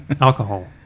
Alcohol